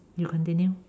you continue